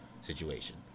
situation